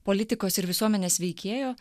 politikos ir visuomenės veikėjo